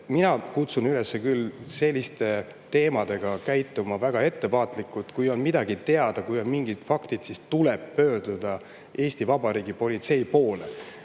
Mina kutsun küll üles selliste teemade puhul väga ettevaatlikult käituma. Kui on midagi teada, kui on mingid faktid, siis tuleb pöörduda Eesti Vabariigi politsei poole.